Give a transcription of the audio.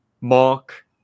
Mark